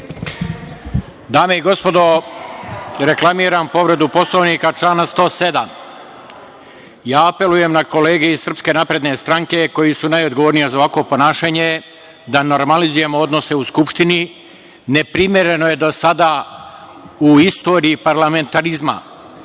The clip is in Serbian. Dame i gospodo, reklamiram povredu Poslovnika, člana 107.Apelujem na kolege iz SNS, koji su najodgovorniji za ovakvo ponašanje, da normalizujemo odnose u Skupštini. Neprimereno je do sada u istoriji parlamentarizma